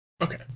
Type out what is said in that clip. Okay